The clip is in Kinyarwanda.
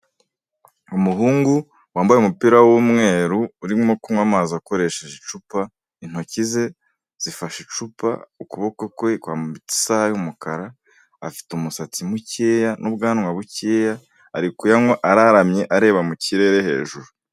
Umuhungu wambaye umupira w'umweru urimo kunywa amazi akoresheje icupa, intoki ze zifashe icupa ukuboko kwe kwambitse isaha y'umukara, afite umusatsi mukeya n'ubwanwa bukeya, ari kuyanywa araramye areba mu kirere hejuru.